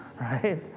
right